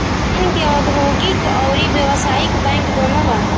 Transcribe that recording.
चीन के औधोगिक अउरी व्यावसायिक बैंक दुनो बा